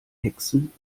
hexen